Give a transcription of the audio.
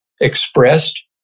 expressed